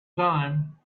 time